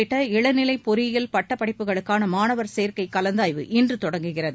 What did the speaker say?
உள்ளிட்ட இளநிலை பொறியியல் பட்டப்படிப்புகளுக்கான மாணவர் சேர்க்கை கலந்தாய்வு இன்று தொடங்குகிறது